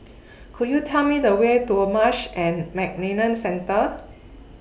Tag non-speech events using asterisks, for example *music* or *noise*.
*noise* Could YOU Tell Me The Way to A Marsh and McLennan Centre